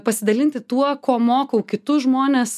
pasidalinti tuo ko mokau kitus žmones